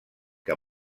que